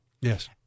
Yes